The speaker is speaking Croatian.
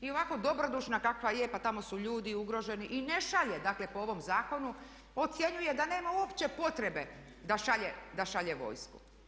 I ovako dobrodušna kakva je pa tamo su ljudi ugroženi i ne šalje dakle po ovom zakonu, ocjenjuje da nema uopće potrebe da šalje vojsku.